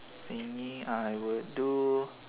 silly I would do